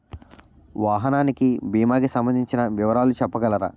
వాహనానికి భీమా కి సంబందించిన వివరాలు చెప్పగలరా?